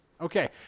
Okay